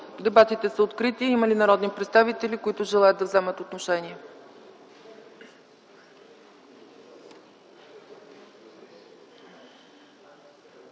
Дебатите са открити. Има ли народни представители, които желаят да вземат отношение?